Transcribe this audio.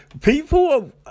People